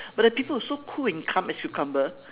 but there are people who is so cool and calm as cucumber